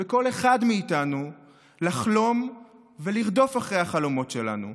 וכל אחד מאיתנו לחלום ולרדוף אחרי החלומות שלנו.